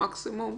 מקסימום